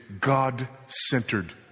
God-centered